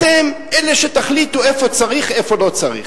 אתם אלה שתחליטו איפה צריך ואיפה לא צריך.